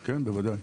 כן, בוודאי.